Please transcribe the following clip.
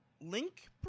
Link